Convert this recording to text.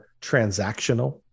transactional